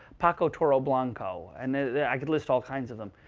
paco toro blanco, and i could list all kinds of them,